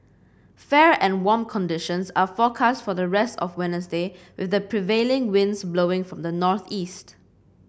fair and warm conditions are forecast for the rest of Wednesday with prevailing winds blowing from the northeast